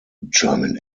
german